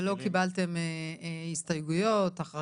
ולא קיבלתם הסתייגויות, החרגות.